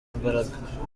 imbaraga